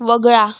वगळा